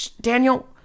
Daniel